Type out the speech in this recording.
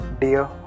dear